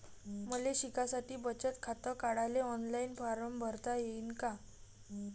मले शिकासाठी बचत खात काढाले ऑनलाईन फारम भरता येईन का?